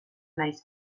naiz